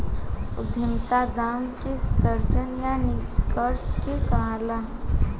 उद्यमिता दाम के सृजन या निष्कर्सन के कहाला